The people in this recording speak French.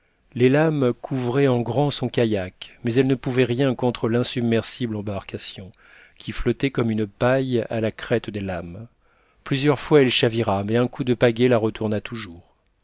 les lames couvraient en grand son kayak mais elles ne pouvaient rien contre l'insubmersible embarcation qui flottait comme une paille à la crête des lames plusieurs fois elle chavira mais un coup de pagaie la retourna toujours